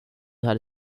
hade